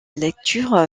lecture